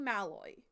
Malloy